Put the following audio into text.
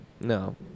No